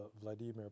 Vladimir